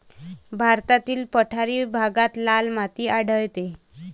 भारतातील पठारी भागात लाल माती आढळते